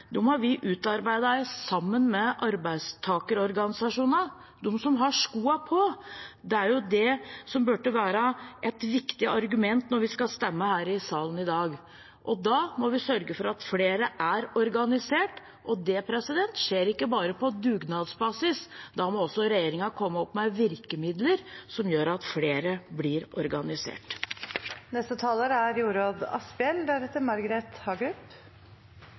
vi utarbeidet sammen med arbeidstakerorganisasjonene, de som har skoene på. Det burde være et viktig argument når vi skal stemme her i salen i dag. Da må vi sørge for at flere er organisert. Det skjer ikke bare på dugnadsbasis – da må regjeringen komme opp med virkemidler som gjør at flere blir organisert. Det er